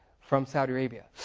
from saudi arabia.